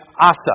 Asa